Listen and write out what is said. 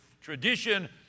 tradition